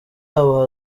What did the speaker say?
aba